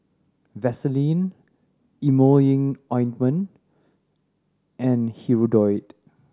Vaselin Emulsying Ointment and Hirudoid